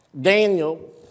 Daniel